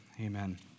Amen